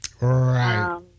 Right